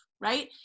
right